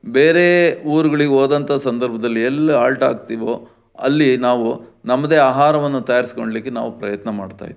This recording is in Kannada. ಬೇರೆ ಊರ್ಗಳಿಗೆ ಹೋದಂಥ ಸಂದರ್ಭದಲ್ಲಿ ಎಲ್ಲಿ ಆಲ್ಟ್ ಆಗ್ತೀವೋ ಅಲ್ಲಿ ನಾವು ನಮ್ಮದೇ ಆಹಾರವನ್ನು ತಯಾರ್ಸ್ಕೊಳ್ಲಿಕ್ಕೆ ನಾವು ಪ್ರಯತ್ನ ಮಾಡ್ತಾ ಇದೀವಿ